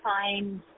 find